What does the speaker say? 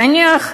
נניח,